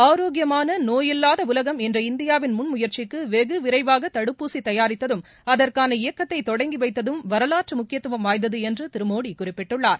ஆரோக்கியமான நோயில்லாத உலகம் என்ற இந்தியாவின் முன் முயற்சிக்கு வெகு விரைவாக தடுப்பூசி தயாரித்ததும் அதற்கான இயக்கத்தை தொடங்கி வைத்ததும் வரலாற்று முக்கியத்துவம் வாய்ந்தது என்று திரு மோடி குறிப்பிட்டுள்ளார்